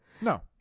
No